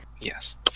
Yes